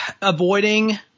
Avoiding